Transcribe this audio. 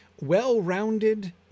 well-rounded